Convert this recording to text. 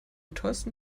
tollsten